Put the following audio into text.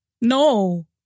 No